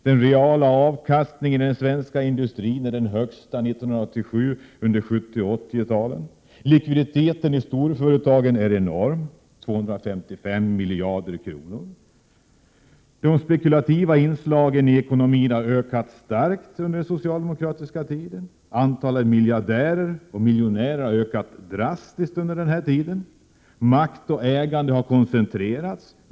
Den reala avkastningen i den svenska industrin 1987 är den högsta under 1970 och 1980-talen. Likviditeten i storföretagen är enorm, 255 miljarder kronor. Under tiden med socialdemokratiskt regeringsinnehav har de spekulativa inslagen i ekonomin ökat starkt, antalet miljardärer och miljonärer har ökat drastiskt. Makt och ägande har koncentrerats.